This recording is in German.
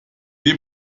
dem